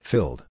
Filled